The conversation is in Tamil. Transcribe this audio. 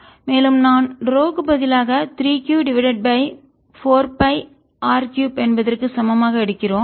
மேலும் நான் ரோ க்கு பதிலாக 3Q divided by 4 by R 3 என்பதற்கு சமம் ஆக எடுக்கிறோம்